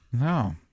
No